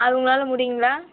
அது உங்களால் முடியுங்களா